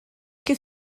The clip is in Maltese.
kif